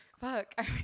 fuck